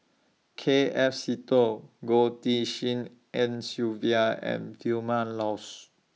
K F Seetoh Goh Tshin En Sylvia and Vilma Laus